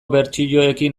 bertsioekin